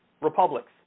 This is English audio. republics